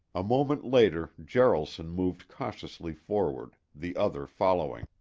a moment later jaralson moved cautiously forward, the other following.